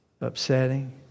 upsetting